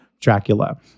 Dracula